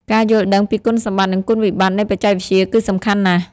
ការយល់ដឹងពីគុណសម្បត្តិនិងគុណវិបត្តិនៃបច្ចេកវិទ្យាគឺសំខាន់ណាស់។